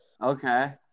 Okay